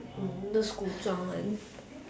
um those 故中文